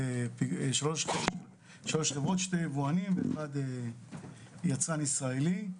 שני יבואנים ויצרן ישראלי.